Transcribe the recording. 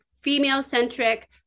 female-centric